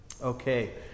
Okay